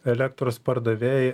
elektros pardavėjai